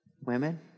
Women